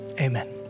Amen